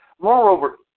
Moreover